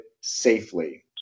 safely